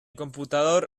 computador